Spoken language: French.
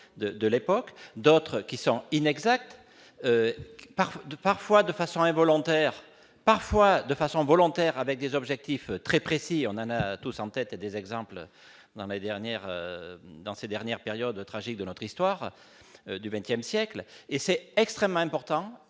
de l'époque, d'autres qui sont inexactes, parfois 2, parfois de façon involontaire, parfois de façon volontaire, avec des objectifs très précis, on a tous en tête et des exemples dans l'année dernière dans ces dernières périodes tragiques de notre histoire du XXe siècle et c'est extrêmement important